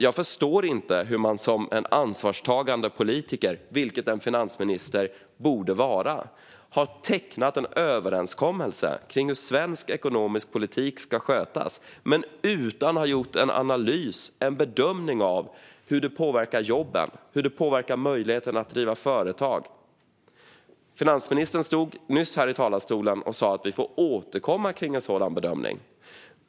Jag förstår inte att man som ansvarstagande politiker, vilket en finansminister borde vara, har tecknat en överenskommelse kring hur svensk ekonomisk politik ska skötas utan att ha gjort en analys, en bedömning, av hur det påverkar jobben och hur det påverkar möjligheten att driva företag. Finansministern stod nyss i talarstolen och sa: Vi får återkomma till en sådan bedömning.